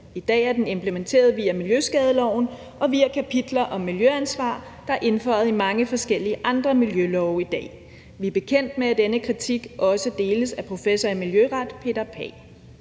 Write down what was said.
I dag er det implementeret via miljøskadeloven og via kapitler om miljøansvar, der er indføjet i mange forskellige andre miljølove. Vi er bekendt med, at denne kritik også deles af professor i miljøret Peter Pagh.